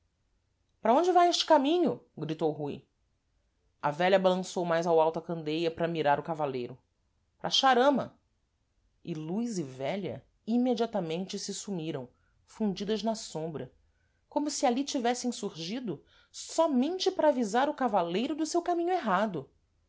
para onde vai este caminho gritou rui a vélha balançou mais ao alto a candeia para mirar o cavaleiro para xarama e luz e vélha imediatamente se sumiram fundidas na sombra como se ali tivessem surgindo sómente para avisar o cavaleiro do seu caminho errado